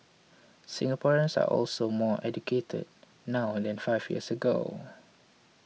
Singaporeans are also more educated now than five years ago